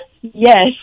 Yes